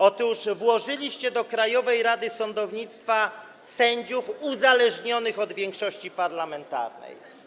Otóż włożyliście do Krajowej Rady Sądownictwa sędziów uzależnionych od większości parlamentarnej.